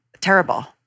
terrible